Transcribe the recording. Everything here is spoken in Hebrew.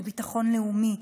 לביטחון לאומי,